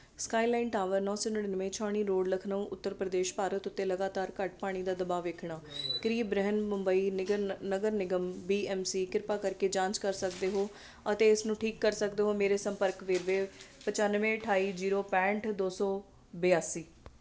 skyline tower ਨੌ ਸੌ ਨੜਿਨਵੇਂ ਛਾਉਣੀ ਰੋਡ ਲਖਨਊ ਉੱਤਰ ਪ੍ਰਦੇਸ਼ ਭਾਰਤ ਉੱਤੇ ਲਗਾਤਾਰ ਘੱਟ ਪਾਣੀ ਦਾ ਦਬਾਅ ਵੇਖਣਾ ਕੀ ਬ੍ਰਿਹਨਮੁੰਬਈ ਨਗਰ ਨ ਨਗਰ ਨਿਗਮ ਬੀ ਐੱਮ ਸੀ ਕਿਰਪਾ ਕਰਕੇ ਜਾਂਚ ਕਰ ਸਕਦੇ ਹੋ ਅਤੇ ਇਸਨੂੰ ਠੀਕ ਕਰ ਸਕਦੇ ਹੋ ਮੇਰੇ ਸੰਪਰਕ ਵੇਰਵੇ ਪਚਾਨਵੇਂ ਅਠਾਈ ਜੀਰੋ ਪੈਂਹਠ ਦੋ ਸੌ ਬਿਆਸੀ